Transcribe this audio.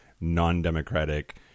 non-democratic